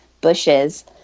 bushes